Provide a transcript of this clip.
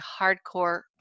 hardcore